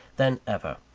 than ever.